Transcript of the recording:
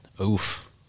Oof